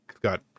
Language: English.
got